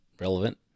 relevant